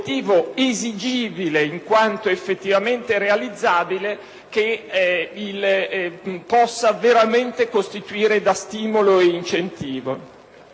esigibile, in quanto effettivamente realizzabile, che possa veramente agire da stimolo ed incentivo.